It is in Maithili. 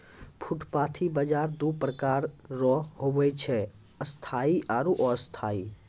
फुटपाटी बाजार दो प्रकार रो हुवै छै स्थायी आरु अस्थायी